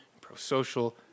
pro-social